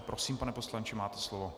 Prosím, pane poslanče, máte slovo.